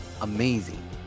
amazing